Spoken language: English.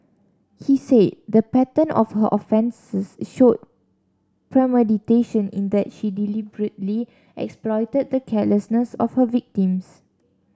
he said the pattern of her offences showed premeditation in that she deliberately exploited the carelessness of her victims